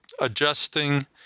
adjusting